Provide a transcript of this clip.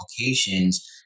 applications